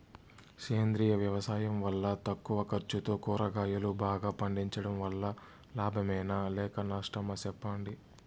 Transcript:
సేంద్రియ వ్యవసాయం వల్ల తక్కువ ఖర్చుతో కూరగాయలు బాగా పండించడం వల్ల లాభమేనా లేక నష్టమా సెప్పండి